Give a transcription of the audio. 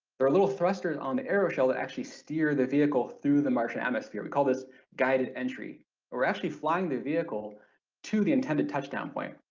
there are little thrusters on the aeroshell that actually steer the vehicle through the martian atmosphere, we call this guided entry we're actually flying the vehicle to the intended touchdown point.